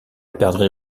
perdrix